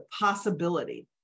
possibility